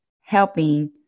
helping